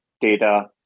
data